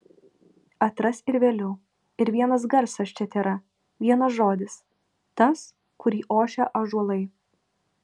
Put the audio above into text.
atras ir vėliau ir vienas garsas čia tėra vienas žodis tas kurį ošia ąžuolai